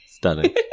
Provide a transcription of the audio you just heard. Stunning